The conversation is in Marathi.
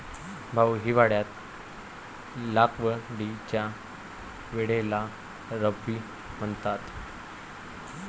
भाऊ, हिवाळ्यात लागवडीच्या वेळेला रब्बी म्हणतात